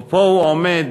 ופה הוא עומד